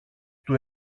του